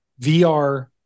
VR